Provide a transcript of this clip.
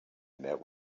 met